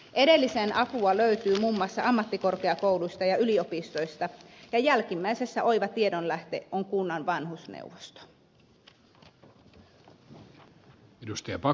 edelliseen apua löytyy muun muassa ammattikorkeakouluista ja yliopistoista ja jälkimmäisessä oiva tiedonlähde on kunnan vanhusneuvosto